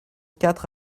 quatre